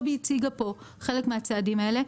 טובי הציגה פה חלק מהצעדים האלה.